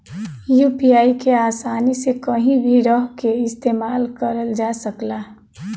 UPI के आसानी से कहीं भी रहके इस्तेमाल करल जा सकला